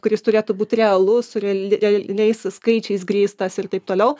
kuris turėtų būt realus su reali realiais skaičiais grįstas ir taip toliau